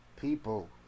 people